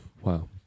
Wow